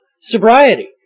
Sobriety